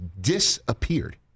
disappeared